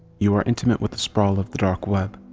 you are intimate with the sprawl of the dark web.